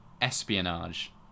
espionage